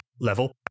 level